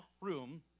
room